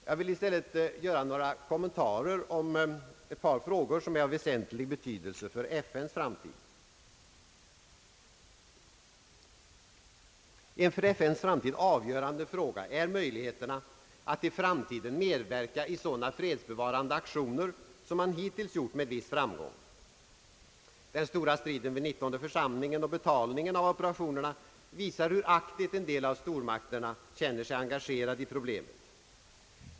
Jag vill i stället göra några kommentarer till ett par frågor som är av väsentlig betydelse för FN:s framtid. En för FN:s framtid avgörande fråga är möjligheterna att i framtiden medverka i sådana fredsbevarande aktioner som man hittills deltagit i med viss framgång. Den stora striden vid 19:de församlingen om betalningen av operationerna visar hur aktivt en del av stormakterna känner sig engagerade i problemet.